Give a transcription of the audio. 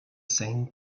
same